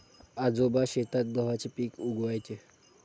आजोबा शेतात गव्हाचे पीक उगवयाचे